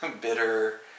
bitter